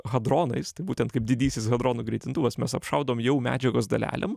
hadronais tai būtent kaip didysis hadronų greitintuvas mes apšaudom jau medžiagos dalelėm